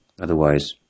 Otherwise